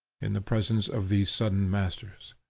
in the presence of these sudden masters.